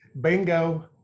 Bingo